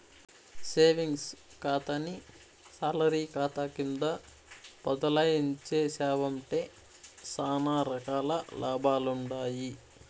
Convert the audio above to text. savings కాతాని salary కాతా కింద బదలాయించేశావంటే సానా రకాల లాభాలుండాయి